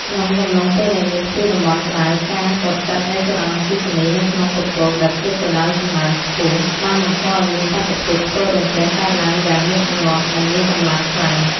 ក្នុងកំឡុងពេលដែលមានព្យុះតំបន់ក្ដៅ ការកកិតនៃចរន្តអគ្គិសនីនៅក្នុងពពកដែលផ្ទុកទៅដោយសំណើមខ្ពស់ បានបង្កឱ្យមានបាតុភូតផ្គររន្ទះកើតឡើងយ៉ាងញឹកញាប់ និងមានកម្លាំងខ្លាំង។